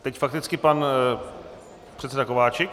Teď fakticky pan předseda Kováčik.